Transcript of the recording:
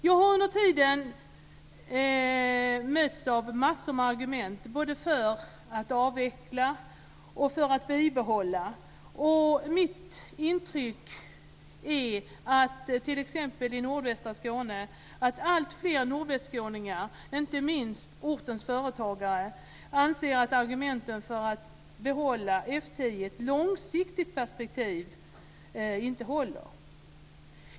Jag har under tiden mötts av en mängd argument, både för en avveckling och för ett bibehållande. Mitt intryck är t.ex. att alltfler nordvästskåningar, inte minst ortens företagare, anser att argumenten för att behålla F 10 inte håller i ett långsiktigt perspektiv.